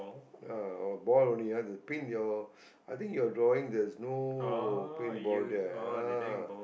ah oh ball only ah the pin your I think your drawing there is no pin ball there ah